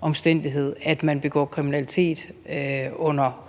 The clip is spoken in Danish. omstændighed, at man begår kriminalitet under